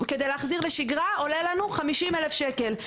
כדי להחזיר לשגרה עולה לנו 50,000 שקלים.